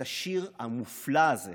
את השיר המופלא הזה